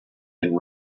been